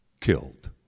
killed